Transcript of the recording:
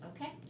okay